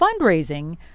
fundraising